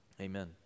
Amen